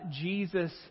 Jesus